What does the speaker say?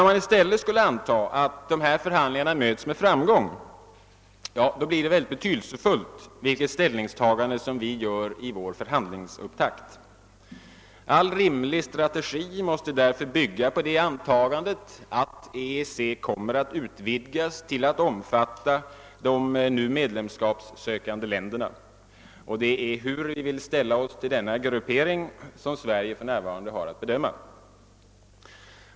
Om man i stället antar att förhandlingarna kröns med framgång, blir det betydelsefullt vilket ställningstagande som vi nu gör i vår förhandlingsupptakt. All rimlig strategi måste därför bygga på det antagandet, att EEC kommer att utvidgas till att omfatta de nu medlemskapssökande länderna, och vad Sverige för närvarande har att bedöma är hur vi skall ställa oss till denna gruppering.